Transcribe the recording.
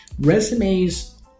Resumes